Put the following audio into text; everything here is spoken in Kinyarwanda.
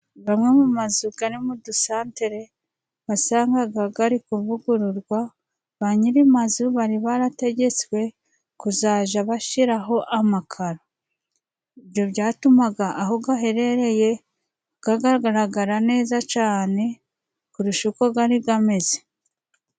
Amwe mu mazu ari mu dusantere wasangaga ari kuvugururwa, ba nyiri amazu bari barategetswe kuzajya bashyiraho amakaro. Ibyo byatumaga aho aherereye agaragara neza cyane kurusha uko yari ameze.